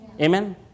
Amen